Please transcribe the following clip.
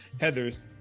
Heather's